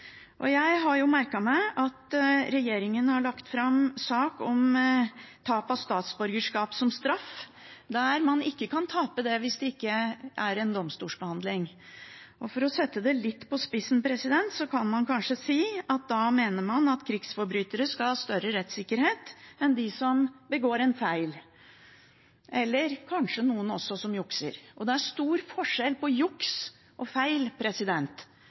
Jeg har merket meg at regjeringen har lagt fram en sak om tap av statsborgerskap som straff der man ikke kan tape det hvis det ikke er en domstolsbehandling. For å sette det litt på spissen kan man kanskje si at da mener man at krigsforbrytere, og kanskje også noen som jukser, skal ha større rettssikkerhet enn de som begår en feil. Det er stor forskjell på juks og feil, men det